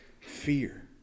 fear